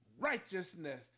righteousness